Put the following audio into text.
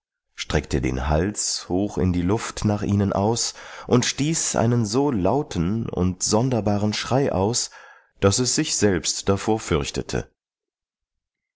streckte den hals hoch in die luft nach ihnen aus und stieß einen so lauten und sonderbaren schrei aus daß es sich selbst davor fürchtete